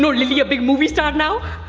lilly a big movie star now?